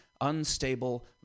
unstable